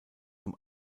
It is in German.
zum